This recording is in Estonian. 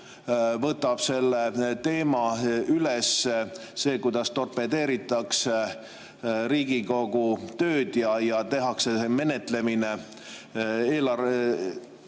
võtab selle teema üles, selle, kuidas torpedeeritakse Riigikogu tööd ja tehakse eelnõude